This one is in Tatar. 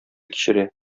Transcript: кичерә